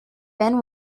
ben